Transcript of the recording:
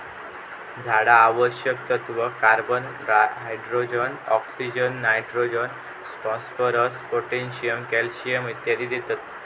झाडा आवश्यक तत्त्व, carbon, hydrogen, oxygen, nitrogen, phosphorus, potassium, calcium इत्यादी देतत